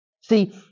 See